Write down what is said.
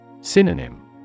Synonym